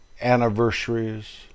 anniversaries